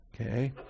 Okay